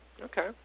Okay